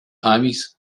homies